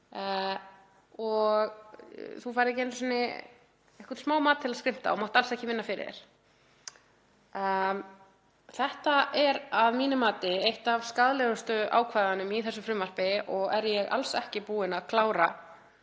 einu sinni einhvern smá mat til að skrimta og mátt alls ekki vinna fyrir þér. Þetta er að mínu mati eitt af skaðlegustu ákvæðunum í þessu frumvarpi og er ég alls ekki búin að klára